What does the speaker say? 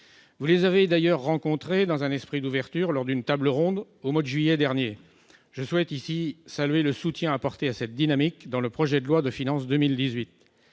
Vous les avez d'ailleurs rencontrés dans un esprit d'ouverture, lors d'une table ronde au mois de juillet dernier. Je souhaite ici saluer le soutien apporté à cette dynamique dans le projet de loi de finances pour